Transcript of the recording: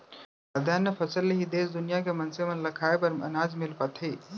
खाद्यान फसल ले ही देस दुनिया के मनसे मन ल खाए बर अनाज मिल पाथे